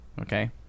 okay